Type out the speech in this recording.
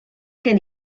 gen